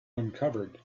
uncovered